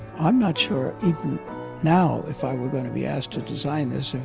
i'm not sure even now, if i were going to be asked to design this,